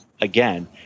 Again